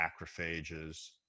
macrophages